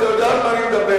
אתה יודע על מה אני מדבר,